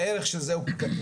הערך של זה הוא זניח,